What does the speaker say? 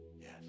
yes